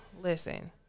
listen